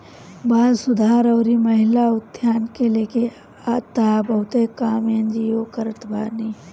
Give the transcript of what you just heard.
बाल सुधार अउरी महिला उत्थान के लेके तअ बहुते काम एन.जी.ओ करत बाने